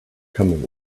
coming